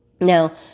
Now